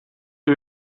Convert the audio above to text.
you